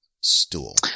stool